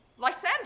Lysander